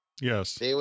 Yes